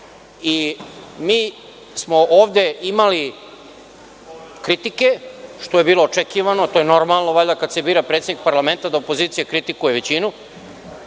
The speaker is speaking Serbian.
smo ovde imali kritike, što je bilo očekivano, to je normalno valjda kada se bira predsednik parlamenta da opozicija kritikuje većinu,